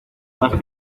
mas